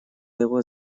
его